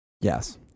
Yes